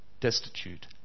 Destitute